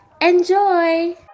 Enjoy